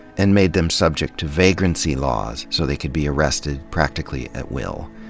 and made them subject to vagrancy laws so they could be arrested practically at will.